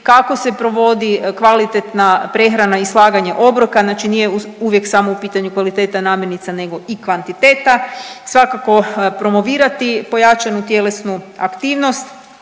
kako se provodi kvalitetna prehrana i slaganje obroka. Znači nije uvijek samo u pitanju kvaliteta namirnica nego i kvaliteta, svakako promovirati pojačanu tjelesnu aktivnost.